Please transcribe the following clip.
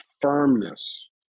firmness